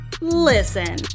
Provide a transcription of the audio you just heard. Listen